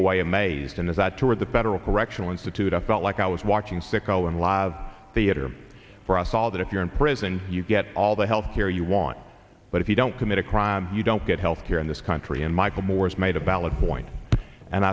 away amazed and as i toured the federal correctional institute i felt like i was watching sicko in law the editor for us all that if you're in prison you get all the health care you want but if you don't commit a crime you don't get health care in this country and michael moore's made a valid point and